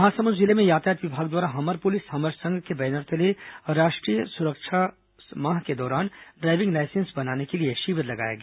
महासमुंद जिले में यातायात विभाग द्वारा हमर पुलिस हमर संग के बैनर तले राष्ट्रीय सड़क सुरक्षा माह के तहत ड्रायविंग लाइसेंस बनाने के लिए शिविर लगाया गया